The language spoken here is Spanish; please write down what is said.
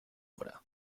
obra